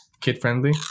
Kid-friendly